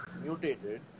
mutated